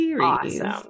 awesome